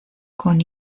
con